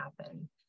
happen